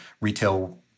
retail